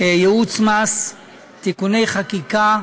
וייעוץ מס (תיקוני חקיקה)